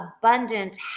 abundant